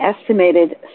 estimated